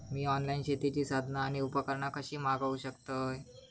मी online शेतीची साधना आणि उपकरणा कशी मागव शकतय?